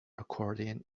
accordion